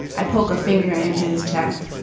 i poke a finger into his chest.